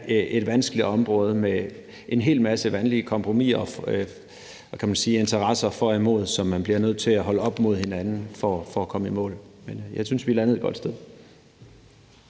et vanskeligt område med en hel masse vanskelige kompromiser og interesser for og imod, som man bliver nødt til at holde op mod hinanden for at komme i mål. Men jeg synes, vi er landet et godt sted.